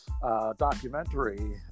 Documentary